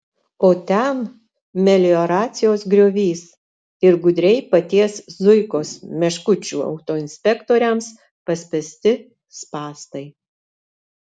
o ten melioracijos griovys ir gudriai paties zuikos meškučių autoinspektoriams paspęsti spąstai